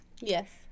Yes